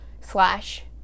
slash